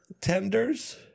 tenders